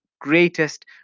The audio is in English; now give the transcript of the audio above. greatest